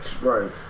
Right